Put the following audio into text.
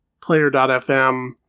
Player.fm